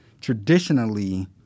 traditionally